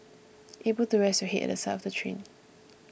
able to rest your head at the side of the train